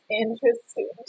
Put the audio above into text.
interesting